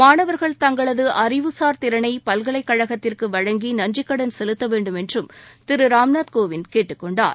மாணவர்கள் தங்களது அறிவுசார் திறனை பல்கலைக்கழகத்திற்கு வழங்கி நன்றிக்கடன் செலுத்த வேண்டும் என்றும் திரு ராம்நாத் கோவிந்த் கேட்டுக்கொண்டார்